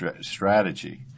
strategy